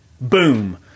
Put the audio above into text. boom